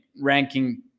ranking